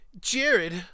Jared